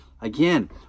Again